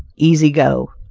easy go.